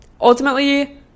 ultimately